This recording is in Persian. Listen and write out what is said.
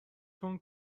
چون